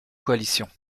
coalition